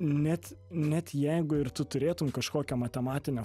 net net jeigu ir tu turėtum kažkokią matematinę